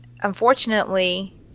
unfortunately